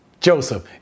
Joseph